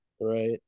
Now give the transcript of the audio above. Right